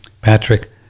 Patrick